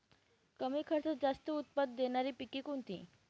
कमी खर्चात जास्त उत्पाद देणारी पिके कोणती?